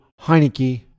Heineke